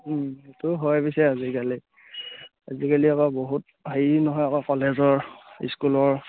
সেইটো হয় পিছে আজিকালি আজিকালি আকৌ বহুত হেৰি নহয় আকৌ কলেজৰ স্কুলৰ